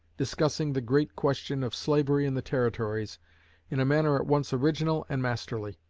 discussing the great question of slavery in the territories in a manner at once original and masterly.